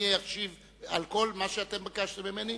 אני אשיב על כל מה שביקשתם ממני,